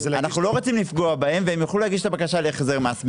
אנחנו לא רוצים לפגוע בהם והם יוכלו להגיש את הבקשה להחזר מס.